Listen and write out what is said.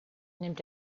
nimmt